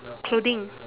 clothing